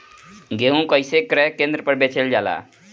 गेहू कैसे क्रय केन्द्र पर बेचल जाला?